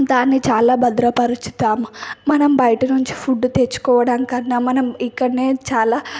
దాన్ని చాలా భద్రపరచితం మనం బయట నుంచి ఫుడ్ తెచ్చుకోవడం కన్నా మనం ఇక్కడనే చాలా